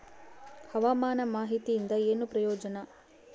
ಹವಾಮಾನ ಮಾಹಿತಿಯಿಂದ ಏನು ಪ್ರಯೋಜನ?